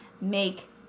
make